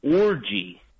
Orgy